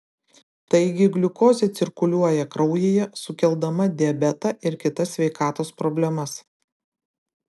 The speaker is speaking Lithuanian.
taigi gliukozė cirkuliuoja kraujyje sukeldama diabetą ir kitas sveikatos problemas